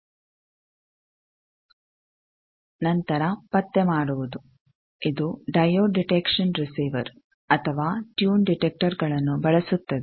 ನಂತರ ಪತ್ತೆ ಮಾಡುವುದು ಇದು ಡೈಯೋಡ್ ಡಿಟೆಕ್ಷನ್ ರಿಸೀವರ್ ಅಥವಾ ಟ್ಯೂನ್ ಡಿಟೆಕ್ಟರ್ ನ್ನು ಬಳಸುತ್ತದೆ